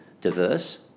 diverse